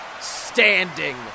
standing